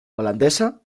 holandesa